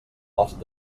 els